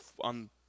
on